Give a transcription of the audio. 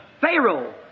Pharaoh